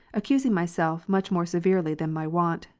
accusing myself much more severely than my wont,